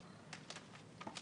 אוגוסט.